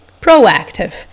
proactive